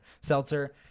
seltzer